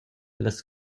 ellas